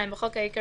2. בחוק העיקרי,